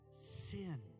sin